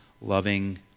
loving